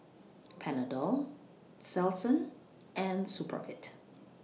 Panadol Selsun and Supravit